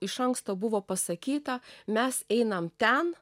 iš anksto buvo pasakyta mes einam ten